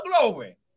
glory